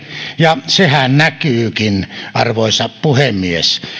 ja sehän näkyykin arvoisa puhemies